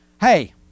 hey